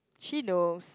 she knows